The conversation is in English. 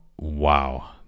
wow